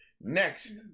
Next